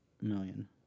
million